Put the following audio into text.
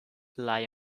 lie